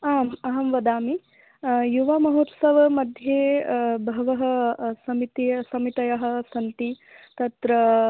आम् अहं वदामि युवमहोत्सवमध्ये बहवः समितय् समितयः सन्ति तत्र